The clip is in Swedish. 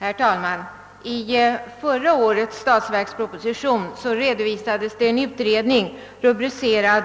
Herr talman! I förra årets statsverksproposition redovisades en utredning, rubricerad